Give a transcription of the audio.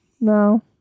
No